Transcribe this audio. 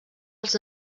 als